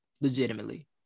legitimately